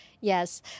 Yes